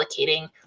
allocating